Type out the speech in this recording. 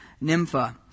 Nympha